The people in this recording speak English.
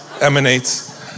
emanates